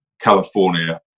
California